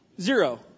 Zero